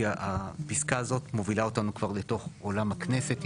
כי הפיסקה הזאת מובילה אותנו כבר לתוך עולם הכנסת.